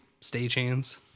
stagehands